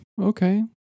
Okay